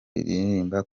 turirimba